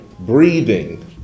breathing